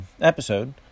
episode